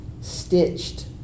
stitched